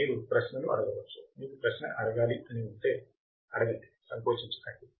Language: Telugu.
మీరు ప్రశ్నలు అడగవచ్చు మీకు ప్రశ్నఅడగాలని ఉంటే అడగండి సంకోచించకండి